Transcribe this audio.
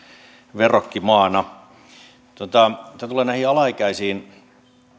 verrokkimaana mitä tulee näihin alaikäisiin